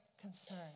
concern